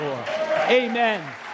Amen